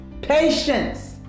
Patience